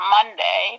Monday